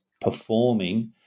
performing